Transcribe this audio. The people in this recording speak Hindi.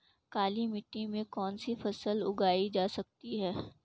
काली मिट्टी में कौनसी फसल उगाई जा सकती है?